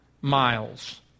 miles